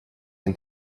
and